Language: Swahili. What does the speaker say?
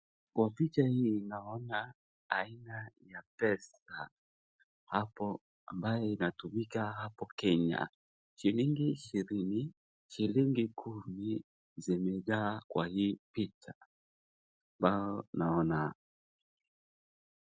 Kwa picha hii, naona aina ya pesa hapo ambaye inatumika hapo kenya, shilingi ishirini, Shilingi kumi zimejaa kwa hii picha ambao naona.